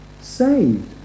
saved